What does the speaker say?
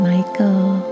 Michael